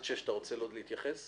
חוק שדה התעופה דב הוז (הוראות מיוחדות)(תיקון),